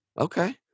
Okay